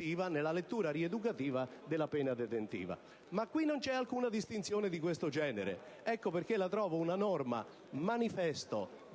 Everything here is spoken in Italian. nella lettura rieducativa della pena detentiva. Ma qui non c'è alcuna distinzione di questo genere. Ecco perché la trovo una norma-manifesto,